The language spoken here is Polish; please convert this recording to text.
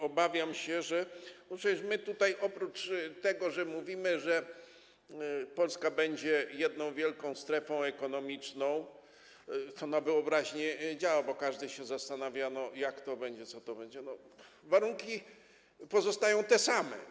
Obawiam się, że - bo my tutaj oprócz tego, że mówimy, że Polska będzie jedną wielką strefą ekonomiczną i działa to na wyobraźnię, bo każdy się zastanawia, jak to będzie, co to będzie - warunki pozostają te same.